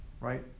Right